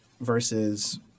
versus